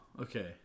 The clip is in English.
okay